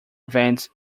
events